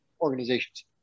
organizations